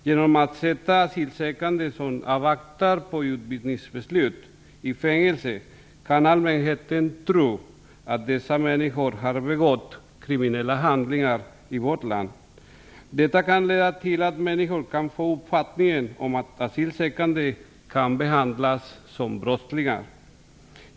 Genom att sätta asylsökande som väntar på utvisningsbeslut i fängelse kan allmänheten tro att dessa människor har begått kriminella handlingar i vårt land. Detta kan leda till att människor kan få uppfattningen att asylsökande kan behandlas som brottslingar.